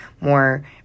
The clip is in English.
more